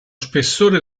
spessore